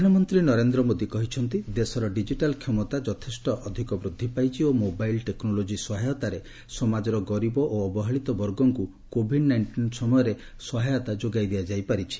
PM ପ୍ରଧାନମନ୍ତ୍ରୀ ନରେନ୍ଦ୍ର ମୋଦୀ କହିଛନ୍ତି ଦେଶର ଡିଜିଟାଲ୍ କ୍ଷମତା ଯଥେଷ୍ଟ ଅଧିକ ବୃଦ୍ଧି ପାଇଛି ଓ ମୋବାଇଲ୍ ଟେକ୍ନୋଲୋଜି ସହାୟତାରେ ସମାଜର ଗରିବ ଓ ଅବହେଳିତ ବର୍ଗଙ୍କୁ କୋବିଡ୍ ନାଇଷ୍ଟିନ୍ ସମୟରେ ସହାୟତା ଦିଆଯାଇ ପାରିଛି